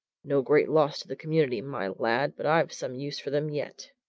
no great loss to the community, my lad but i've some use for them yet.